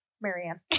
Marianne